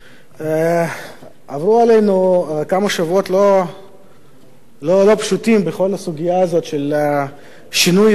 עברו עלינו כמה שבועות לא פשוטים בכל הסוגיה הזאת של שינוי היסטורי.